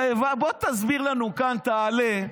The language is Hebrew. בוא תסביר לנו כאן, תעלה,